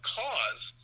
cause